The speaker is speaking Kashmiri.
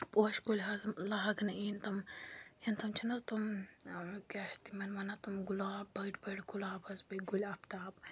پوشہٕ کُلۍ حظ لاگنہٕ یِنۍ تِم یِم تِم چھِنہٕ حظ تِم کیٛاہ چھِ تِمَن وَنان تِم گُلاب بٔڑۍ بٔڑۍ گُلاب حظ بیٚیہِ گُلہِ آفتاب